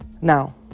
Now